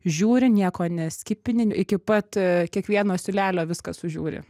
žiūri nieko neskipini iki pat kiekvieno siūlelio viską sužiūri